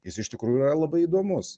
jis iš tikrųjų yra labai įdomus